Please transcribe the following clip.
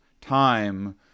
time